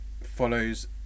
follows